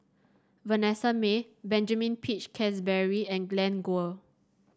Vanessa Mae Benjamin Peach Keasberry and Glen Goei